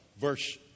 verse